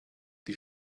die